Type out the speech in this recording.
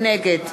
נגד